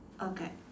okay